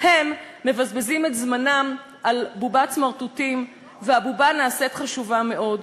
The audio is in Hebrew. "הם מבזבזים את זמנם על בובת סמרטוטים והבובה נעשית חשובה מאוד,